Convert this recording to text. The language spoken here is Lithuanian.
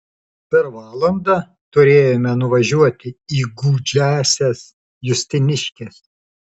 per valandą turėjome nuvažiuoti į gūdžiąsias justiniškes